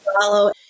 follow